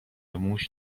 موش